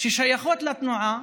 ששייכות לתנועה,